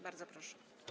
Bardzo proszę.